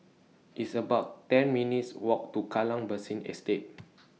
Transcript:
It's about ten minutes' Walk to Kallang Basin Estate